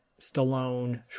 Stallone